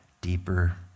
deeper